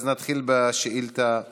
נתחיל בשאילתה מס'